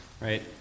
right